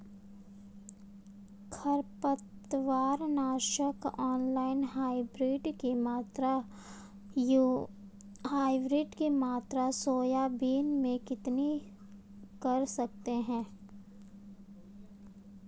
खरपतवार नाशक organic hybrid की मात्रा सोयाबीन में कितनी कर सकते हैं?